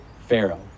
Pharaoh